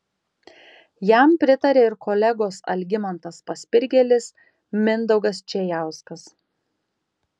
jam pritarė ir kolegos algimantas paspirgėlis mindaugas čėjauskas